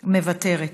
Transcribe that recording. מוותרת.